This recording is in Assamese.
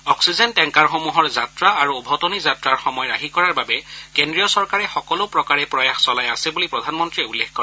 অক্সিজেন টেংকাৰসমূহৰ যাত্ৰা আৰু ওভতনি যাত্ৰাৰ সময় ৰাহি কৰাৰ বাবে কেন্দ্ৰীয় চৰকাৰে সকলো প্ৰকাৰে প্ৰয়াস চলাই আছে বুলি প্ৰধানমন্ত্ৰীয়ে উল্লেখ কৰে